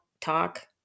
talk